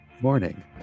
morning